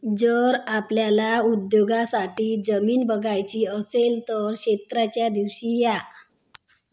जर आपल्याला उद्योगासाठी जमीन बघायची असेल तर क्षेत्राच्या दिवशी या